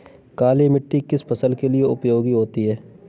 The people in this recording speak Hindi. काली मिट्टी किस फसल के लिए उपयोगी होती है?